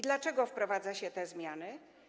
Dlaczego wprowadza się te zmiany?